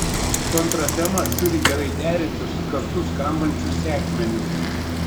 kontratema turi gerai derintis su kartu skambančiu sekmeniu